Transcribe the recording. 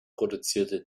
produzierte